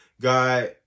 got